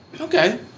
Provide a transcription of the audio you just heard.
Okay